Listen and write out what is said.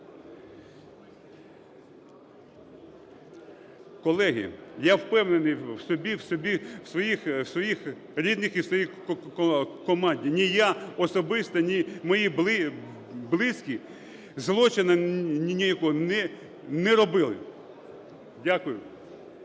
Колеги, я впевнений в собі, в своїх рідних і в своїй команді. Ні я особисто, ні мої близькі злочину ніякого не робили. Дякую.